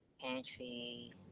Pantry